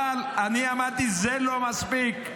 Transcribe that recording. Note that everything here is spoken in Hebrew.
אבל אני אמרתי שזה לא מספיק,